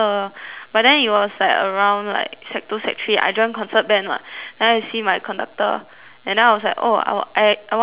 but then it was like around like sec two sec three I join concert band [what] then I see my conductor and then I was like oh I I I want to be a